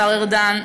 השר ארדן,